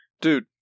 Dude